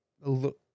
look